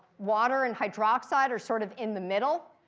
water and hydroxide are sort of in the middle.